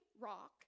Rock